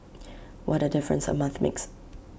what A difference A month makes